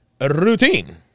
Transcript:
routine